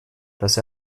dass